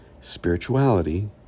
Spirituality